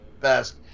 best